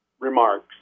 remarks